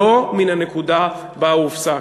לא מן הנקודה שבה הופסק,